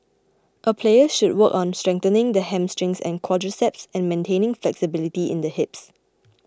a player should work on strengthening the hamstring and quadriceps and maintaining flexibility in the hips